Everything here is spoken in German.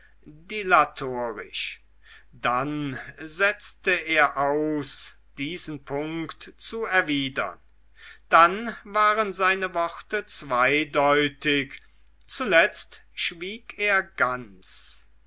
dann setzte er aus diesen punkt zu erwidern dann waren seine worte zweideutig zuletzt schwieg er ganz